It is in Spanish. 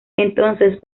entonces